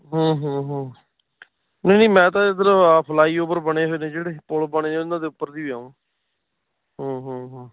ਓ ਹੋ ਹੋ ਹੋ ਨਹੀਂ ਮੈਂ ਤਾਂ ਇਧਰ ਫਲਾਈ ਓਵਰ ਬਣੇ ਹੋਏ ਨੇ ਜਿਹੜੇ ਪੁਲ ਬਣੇ ਉਹਨਾਂ ਦੇ ਉੱਪਰ ਦੀ ਵੀ ਆਵਾਂਗਾ